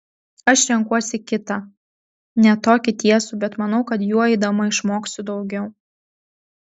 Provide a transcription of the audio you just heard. aš renkuosi kitą ne tokį tiesų bet manau kad juo eidama išmoksiu daugiau